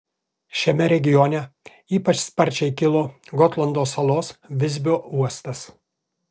šiame regione ypač sparčiai kilo gotlando salos visbio uostas